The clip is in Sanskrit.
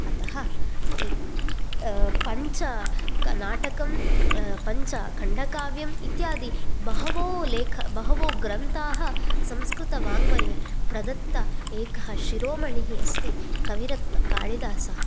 अतः एक पञ्चनाटकं पञ्चखण्डकाव्यम् इत्यादि बहवो लेख बहवो ग्रन्थाः संस्कृतवाङ्मये प्रदत्तः एकः शिरोमणिः अस्ति कविरत्नकाळिदासः